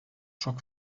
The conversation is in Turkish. çok